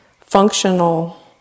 functional